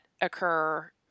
occur